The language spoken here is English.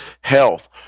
health